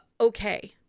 okay